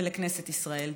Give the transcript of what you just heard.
ולכנסת ישראל.